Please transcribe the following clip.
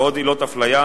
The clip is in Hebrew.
ועוד עילות הפליה,